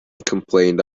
complained